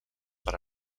per